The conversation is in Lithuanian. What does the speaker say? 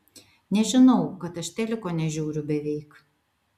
nežinau kad aš teliko nežiūriu beveik